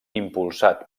impulsat